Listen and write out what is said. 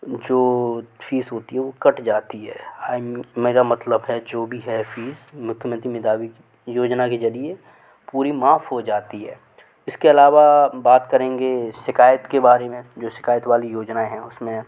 जो फ़ीस होती है वो कट जाती है मेरा मतलब है जो भी है फ़ीस मुख्यमंत्री मेधावी योजना के ज़रिए पूरी माफ़ हो जाती है इसके अलावा बात करेंगे शिकायत के बारे में जो शिकायत वाली योजनाऍं हैं उस में